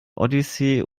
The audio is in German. odyssee